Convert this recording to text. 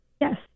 Yes